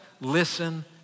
listen